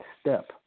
step